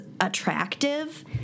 attractive